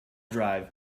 drive